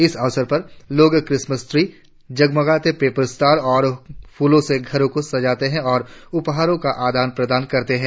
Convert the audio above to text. इस अवसर पर लोग क्रिसमस ट्री जगमगाते पेपर स्टार और फूलों से घरों को सजाते हैं और उपहारों का आदान प्रदान करते हैं